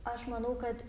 aš manau kad